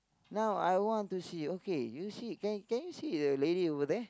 now I want to see okay you see can can you see the lady over there